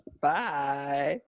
Bye